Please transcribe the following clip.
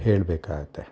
ಹೇಳ್ಬೇಕಾಗುತ್ತೆ